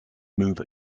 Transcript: move